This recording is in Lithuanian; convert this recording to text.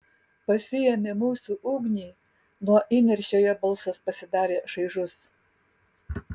pasiėmė mūsų ugnį nuo įniršio jo balsas pasidarė šaižus